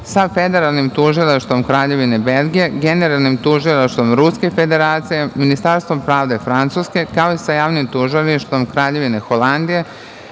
sa Federalnim tužilaštvom Kraljevine Belgije, Generalnim tužilaštvom Ruske Federacije, Ministarstvom pravde Francuske, kao i sa Javnim tužilaštvom Kraljevine Holandije,